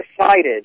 decided